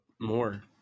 more